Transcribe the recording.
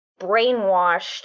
brainwashed